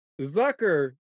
Zucker